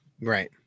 Right